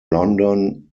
london